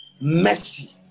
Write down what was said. Mercy